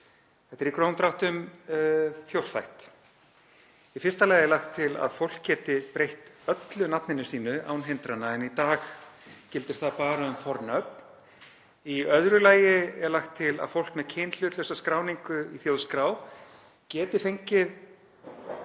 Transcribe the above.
Þetta er í grófum dráttum fjórþætt. Í fyrsta lagi er lagt til að fólk geti breytt öllu nafninu sínu án hindrana, en í dag gildir það bara um fornöfn. Í öðru lagi er lagt til að fólk með kynhlutlausa skráningu í þjóðskrá geti fengið